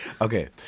okay